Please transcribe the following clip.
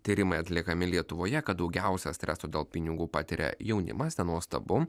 tyrimai atliekami lietuvoje kad daugiausiai streso dėl pinigų patiria jaunimas nenuostabu